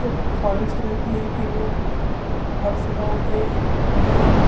ایک خواہش رہتی ہے کہ وہ ہر صبح اٹھے اور